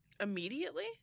Immediately